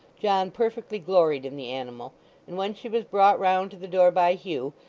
john perfectly gloried in the animal and when she was brought round to the door by hugh,